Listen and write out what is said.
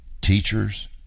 teachers